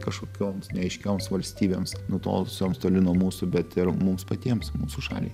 kažkokioms neaiškioms valstybėms nutolusioms toli nuo mūsų bet ir mums patiems mūsų šaliai